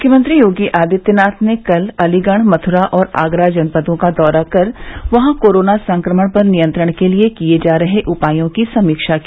मुख्यमंत्री योगी आदित्यनाथ ने कल अलीगढ़ मथुरा और आगरा जनपदों का दौरा कर वहां कोरोना संक्रमण पर नियंत्रण के लिये किये जा रहे उपायों की समीक्षा की